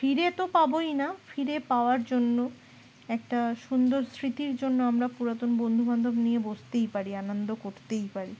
ফিরে তো পাবই না ফিরে পাওয়ার জন্য একটা সুন্দর স্মৃতির জন্য আমরা পুরাতন বন্ধুবান্ধব নিয়ে বসতেই পারি আনন্দ করতেই পারি